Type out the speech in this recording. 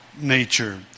nature